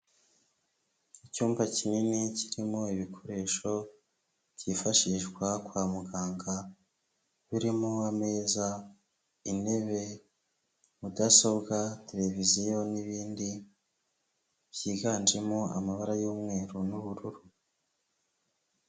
Icyumba kinini kirimo ibikoresho byifashishwa kwa muganga, birimo ameza, intebe, mudasobwa, televiziyo n'ibindi byiganjemo amabara y'umweru n'ubururu.